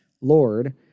Lord